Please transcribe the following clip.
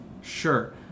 sure